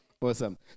Awesome